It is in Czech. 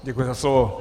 Děkuji za slovo.